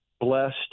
blessed